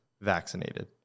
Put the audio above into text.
vaccinated